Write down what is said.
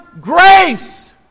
Grace